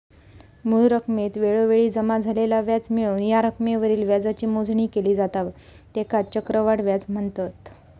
मूळ रकमेत वेळोवेळी जमा झालेला व्याज मिळवून या रकमेवरील व्याजाची मोजणी केली जाता त्येकाच चक्रवाढ व्याज म्हनतत